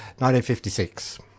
1956